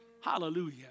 hallelujah